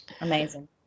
Amazing